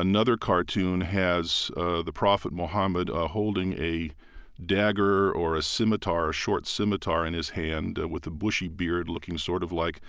another cartoon has the prophet muhammad holding a dagger or a scimitar, a short scimitar in his hand, with a bushy beard looking sort of like